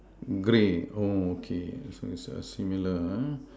grey oh okay so is err similar ah